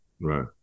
Right